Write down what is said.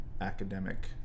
academic